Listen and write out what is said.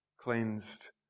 cleansed